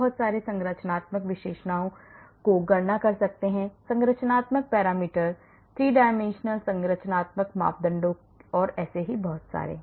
हम बहुत सारे संरचनात्मक विशेषताओं की गणना कर सकते हैं संरचनात्मक पैरामीटर 3 dimensional संरचनात्मक मापदंडों के बहुत सारे